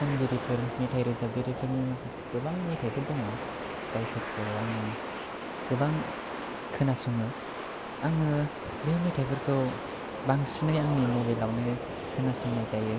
खनगिरिफोर मेथाइरोजाबगिरिफोरनि माखासे गोबां दङ जायफोरखौ आङो गोबां खोनासङो आङो बे मेथाइफोरखौ बांसिनै आंनि मबाइलावनो खोनासंनाय जायो